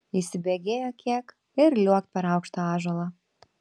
įsibėgėjo kiek ir liuokt per aukštą ąžuolą